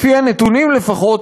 לפי הנתונים לפחות,